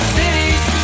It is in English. cities